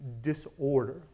disorder